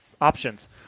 options